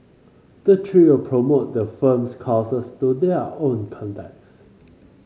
the trio promote the firm's courses to their own contacts